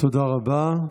תודה רבה.